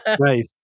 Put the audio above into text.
nice